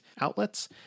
outlets